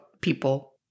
People